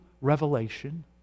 revelation